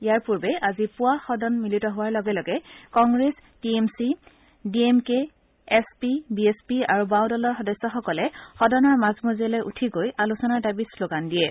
ইয়াৰ পূৰ্বে আজি পুৱা সদনত মিলিত হোৱাৰ লগে লগে Congress T M C D M K S P B S P আৰু বাঁও দলৰ সদস্যসকলে সদনৰ মাজমজিয়ালৈ উঠি গৈ আলোচনাৰ দাবীত শ্লোগান দিয়ে